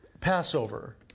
Passover